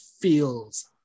feels